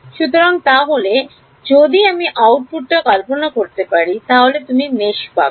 সুতরাং তাহলে যদি আমি আউটপুট টা কল্পনা করতে পারি তাহলে তুমি Mesh পাবে